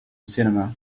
cinema